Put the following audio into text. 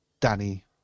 Danny